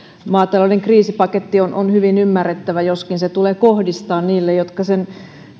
maatalouden kriisipaketti on on hyvin ymmärrettävä joskin se tulee kohdistaa niille jotka sen